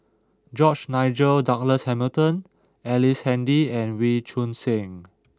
George Nigel Douglas Hamilton Ellice Handy and Wee Choon Seng